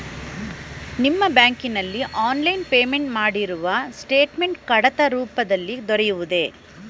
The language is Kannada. ನಿಮ್ಮ ಬ್ಯಾಂಕಿನಲ್ಲಿ ಆನ್ಲೈನ್ ಪೇಮೆಂಟ್ ಮಾಡಿರುವ ಸ್ಟೇಟ್ಮೆಂಟ್ ಕಡತ ರೂಪದಲ್ಲಿ ದೊರೆಯುವುದೇ?